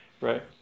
right